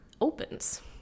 opens